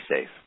safe